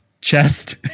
chest